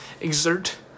exert